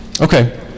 Okay